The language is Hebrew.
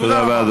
תודה רבה.